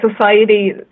society